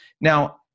Now